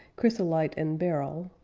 chrysolite and beryl,